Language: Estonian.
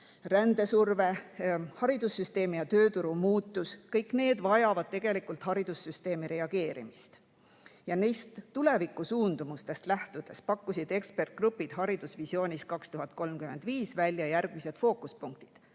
rändesurve, haridussüsteemi ja tööturu muutus, vajavad tegelikult haridussüsteemi reageerimist. Neist tulevikusuundumustest lähtudes pakkusid ekspertgrupid haridusvisioonis 2035. aastaks välja järgmised fookuspunktid: